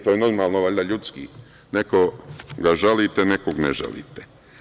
To je normalno, valjda, ljudski, nekoga žalite a nekog ne žalite.